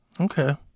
Okay